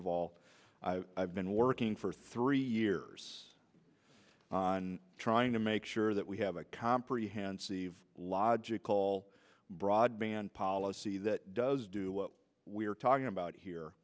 all i've been working for three years on trying to make sure that we have a comprehensive logical broadband policy that does do what we're talking about